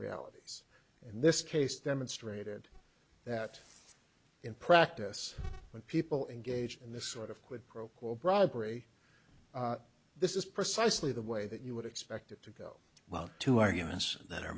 realities in this case demonstrated that in practice when people engage in this sort of quid pro quo bribery this is precisely the way that you would expect it to go well two arguments that